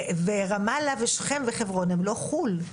ורמאללה ושכם הם לא חו"ל.